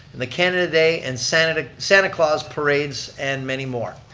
and the canada day and santa and ah santa claus parades, and many more.